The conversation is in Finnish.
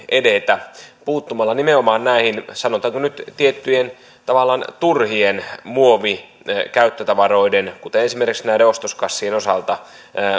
edetä puuttumalla nimenomaan näiden sanotaanko nyt tiettyjen tavallaan turhien muovikäyttötavaroiden kuten esimerkiksi näiden ostoskassien osalta